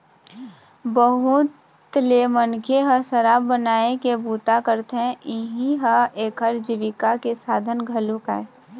बहुत ले मनखे ह शराब बनाए के बूता करथे, इहीं ह एखर जीविका के साधन घलोक आय